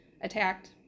attacked